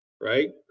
right